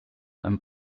and